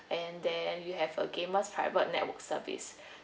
and then you have a gamer's private network service